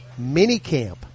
minicamp